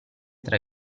tra